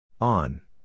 On